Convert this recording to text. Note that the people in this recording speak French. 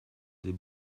des